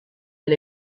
del